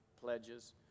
pledges